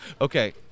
Okay